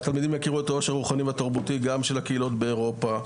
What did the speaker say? התלמידים יכירו את העושר הרוחני והתרבותי גם של הקהילות באירופה,